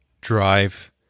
drive